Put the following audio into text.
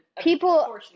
people